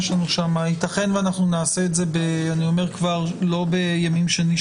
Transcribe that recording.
יתכן שאת הדיון לא נקיים בימים שני,